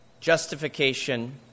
justification